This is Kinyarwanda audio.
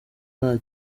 nta